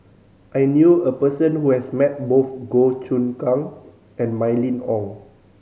I knew a person who has met both Goh Choon Kang and Mylene Ong